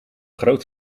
groot